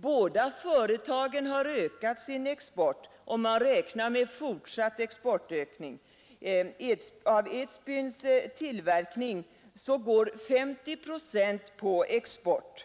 Båda företagen har ökat sin export, och man räknar med en fortsatt exportökning. Av Edsbyverkens tillverkning går 50 procent på export.